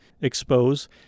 expose